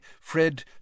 Fred